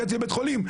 הגעתי לבית חולים,